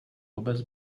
obec